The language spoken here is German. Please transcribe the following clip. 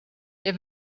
der